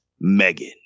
Megan